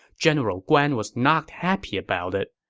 general guan was not happy about it.